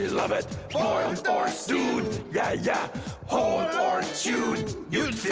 love it boiled or stewed yeah, yeah whole or chewed you'd